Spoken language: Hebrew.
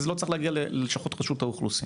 וזה לא צריך להגיע ללשכות רשות האוכלוסין.